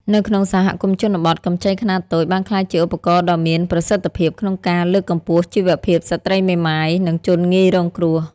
នៅក្នុងសហគមន៍ជនបទ កម្ចីខ្នាតតូចបានក្លាយជាឧបករណ៍ដ៏មានប្រសិទ្ធភាពក្នុងការលើកកម្ពស់ជីវភាពស្ត្រីមេម៉ាយ និងជនងាយរងគ្រោះ។